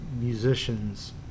musicians